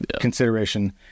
consideration